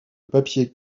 papier